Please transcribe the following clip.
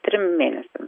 trim mėnesiam